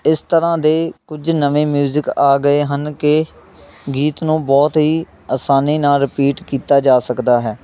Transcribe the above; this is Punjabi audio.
ਇਸ ਤਰ੍ਹਾਂ ਦੇ ਕੁਝ ਨਵੇਂ ਮਿਊਜ਼ਿਕ ਆ ਗਏ ਹਨ ਕਿ ਗੀਤ ਨੂੰ ਬਹੁਤ ਹੀ ਆਸਾਨੀ ਨਾਲ ਰਿਪੀਟ ਕੀਤਾ ਜਾ ਸਕਦਾ ਹੈ